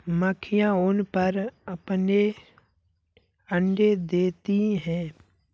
मक्खियाँ ऊन पर अपने अंडे देती हैं